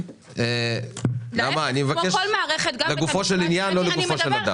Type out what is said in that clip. נעמה, אני מבקש לגופו של עניין ולא לגופו של אדם.